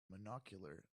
monocular